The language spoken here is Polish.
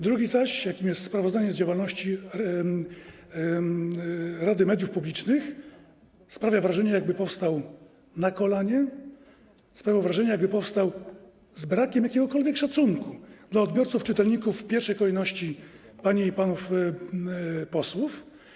Drugi zaś, jakim jest sprawozdanie z działalności rady mediów publicznych, sprawia wrażenie, jakby powstał na kolanie, sprawia wrażenie, jakby powstał z brakiem jakiegokolwiek szacunku dla odbiorców i czytelników, w pierwszej kolejności dla pań i panów posłów.